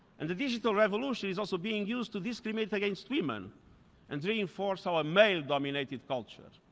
and the digital revolution is also being used to discriminate against women and reinforce our male-dominated culture.